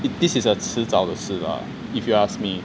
if this is a 迟早的事 lah if you ask me